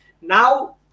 now